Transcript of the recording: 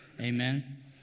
Amen